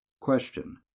Question